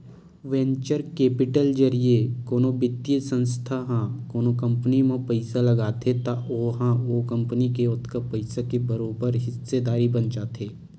venture capital जरिए कोनो बित्तीय संस्था ह कोनो कंपनी म पइसा लगाथे त ओहा ओ कंपनी के ओतका पइसा के बरोबर हिस्सादारी बन जाथे